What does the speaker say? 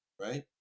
right